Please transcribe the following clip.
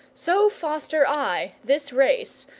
so foster i this race,